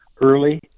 early